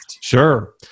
Sure